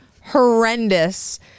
horrendous